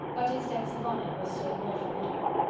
but his debts of honour were still more formidable.